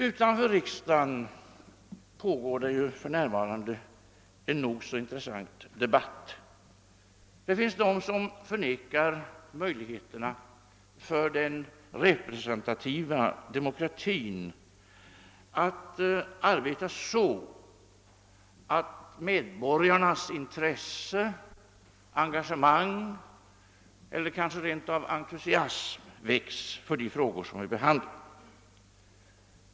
Utanför riksdagen pågår det för närvarande en intressant debatt. Det finns de som förnekar den representativa demokratins möjligheter att arbeta så att medborgarnas intresse, engagemang eller kanske rent av entusiasm växer för de frågor som vi behandlar.